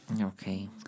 Okay